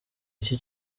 iki